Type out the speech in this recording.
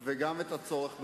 מוצלח.